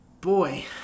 Boy